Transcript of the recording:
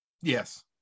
Yes